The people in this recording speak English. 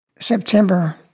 September